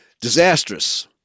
disastrous